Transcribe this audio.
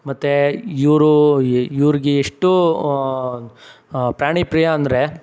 ಮತ್ತೆ ಇವರೂ ಇವ್ರಿಗೆ ಎಷ್ಟು ಪ್ರಾಣಿಪ್ರಿಯ ಅಂದರೆ